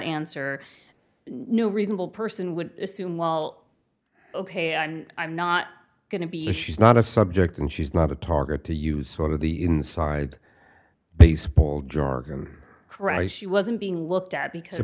answer no reasonable person would assume while ok i'm i'm not going to be the she's not a subject and she's not a target to use sort of the inside baseball jargon christ she wasn't being looked at because